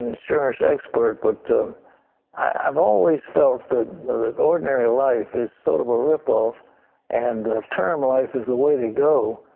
an insurance expert but i have always felt that ordinary life is sort of a rip off and term life is the way to go.